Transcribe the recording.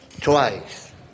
twice